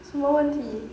什么问题